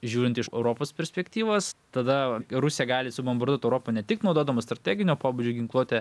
žiūrint iš europos perspektyvos tada rusija gali subombarduot europą ne tik naudodama strateginio pobūdžio ginkluotę